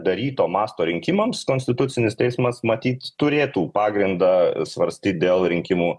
daryto masto rinkimams konstitucinis teismas matyt turėtų pagrindą svarstyt dėl rinkimų